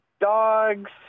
Dogs